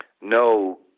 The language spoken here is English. no